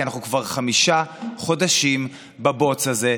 כי אנחנו כבר חמישה חודשים בבוץ הזה,